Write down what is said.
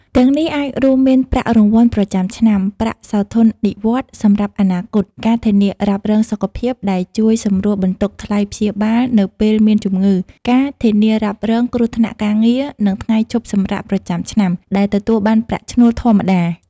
ទាំងនេះអាចរួមមានប្រាក់រង្វាន់ប្រចាំឆ្នាំ ប្រាក់សោធននិវត្តន៍សម្រាប់អនាគត ការធានារ៉ាប់រងសុខភាពដែលជួយសម្រួលបន្ទុកថ្លៃព្យាបាលនៅពេលមានជំងឺ ការធានារ៉ាប់រងគ្រោះថ្នាក់ការងារ និងថ្ងៃឈប់សម្រាកប្រចាំឆ្នាំ ដែលទទួលបានប្រាក់ឈ្នួលធម្មតា។